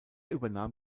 übernahm